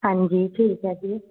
ਹਾਂਜੀ ਠੀਕ ਹੈ ਜੀ